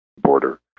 Border